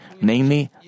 namely